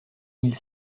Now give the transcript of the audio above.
mille